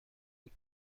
بود